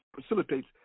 facilitates